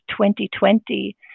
2020